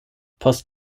post